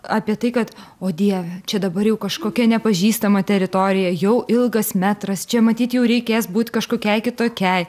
apie tai kad o dieve čia dabar jau kažkokia nepažįstama teritorija jau ilgas metras čia matyt jau reikės būt kažkokiai kitokiai